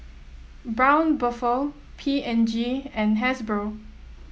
Braun Buffel P and G and Hasbro